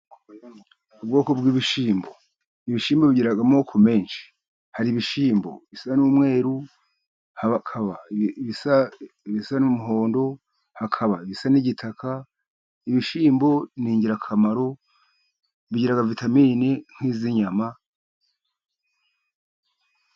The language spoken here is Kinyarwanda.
Ubwoko bw'ibishyimbo. Ibishyimbo bigira amoko menshi, hari ibishimbo bisa n'umweru, haba ibisa n'umuhondo, hakaba ibisa n'igitaka. Ibishyimbo ni ingirakamaro bigira vitamini nk'iz'inyama.